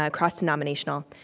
ah cross-denominational.